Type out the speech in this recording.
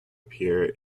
appear